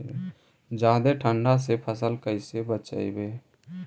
जादे ठंडा से फसल कैसे बचइबै?